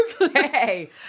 okay